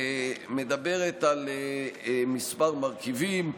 מדברת על כמה מרכיבים,